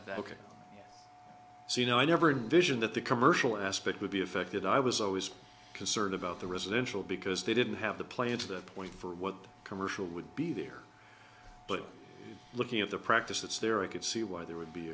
of the ok so you know i never envisioned that the commercial aspect would be affected i was always concerned about the residential because they didn't have the plane to the point for what the commercial would be there but looking at the practice that's there i could see why there would be